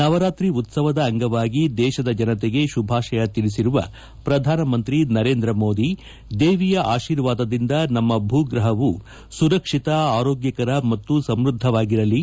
ನವರಾತ್ರಿ ಉತ್ಪವದ ಅಂಗವಾಗಿ ದೇಶದ ಜನತೆಗೆ ಶುಭಾಶಯ ತಿಳಿಸಿರುವ ಪ್ರಧಾನ ಮಂತ್ರಿ ನರೇಂದ್ರ ಮೋದಿ ದೇವಿಯ ಆಶೀರ್ವಾದದಿಂದ ನಮ್ಮ ಭೂ ಗ್ರಹವು ಸುರಕ್ಷಿತ ಆರೋಗ್ಯಕರ ಮತ್ತು ಸಮ್ಖದ್ದವಾಗಿರಲಿ